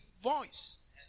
voice